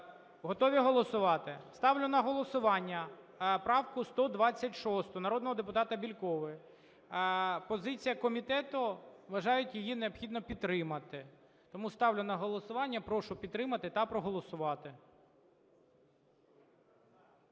Готові голосувати? Ставлю на голосування правку 126 народного депутата Бєлькової. Позиція комітету: вважають, її необхідно підтримати. Тому ставлю на голосування, прошу підтримати та проголосувати.